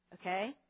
Okay